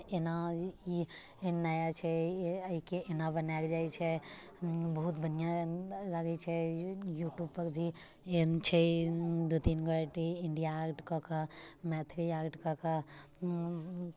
एना जे ई नया छै एहिके एनाकऽ बनायल जाइत छै बहुत बढ़िआँ लागैत छै यू ट्यूब पर भी एहन छै दू तीनगो आइ डी इण्डिया आर्ट कऽ कऽ मैथिली आर्ट कऽ कऽ